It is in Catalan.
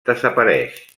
desapareix